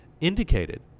indicated